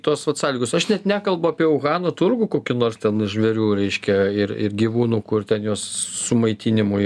tos vat sąlygos aš net nekalbu apie uhano turgų kokį nors ten žvėrių reiškia ir ir gyvūnų kur ten juos sumaitinimui